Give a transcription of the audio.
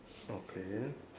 okay